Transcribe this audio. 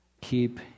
Keep